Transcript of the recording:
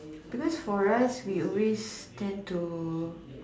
because for us we always tend to